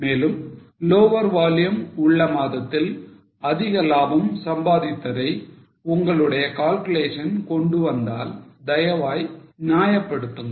மேலும் lower volume உள்ள மாதத்தில் அதிக லாபம் சம்பாதித்ததை உங்களுடைய calculations கொண்டு வந்தால் தயவாய் நியாயப்படுத்துங்கள்